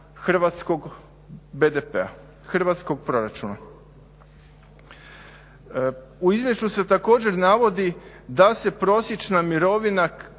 hrvatskog BDP-a, hrvatskog proračuna. U izvješću se također navodi da se prosječna mirovina